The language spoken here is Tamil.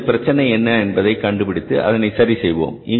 முதலில் பிரச்சனை என்ன என்பதை கண்டுபிடித்து அதனை சரி செய்வோம்